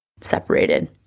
separated